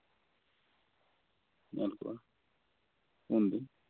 ᱧᱮᱞ ᱠᱚᱣᱟ ᱧᱮᱞᱫᱤᱧ